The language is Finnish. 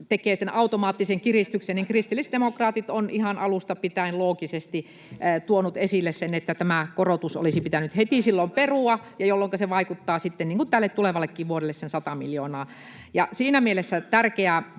tekee sen automaattisen kiristyksen. Kristillisdemokraatit ovat ihan alusta pitäen loogisesti tuoneet esille sen, että tämä korotus olisi pitänyt heti silloin perua, [Leena Meri: Hyvä, että kannatatte!] jolloinka se vaikuttaa tälle tulevallekin vuodelle sen 100 miljoonaa. Siinä mielessä on tärkeää